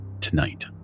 tonight